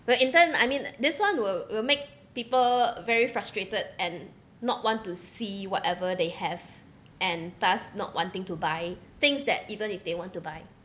will in turn I mean this one will will make people very frustrated and not want to see whatever they have and thus not wanting to buy things that even if they want to buy